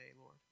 Lord